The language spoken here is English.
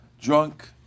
drunk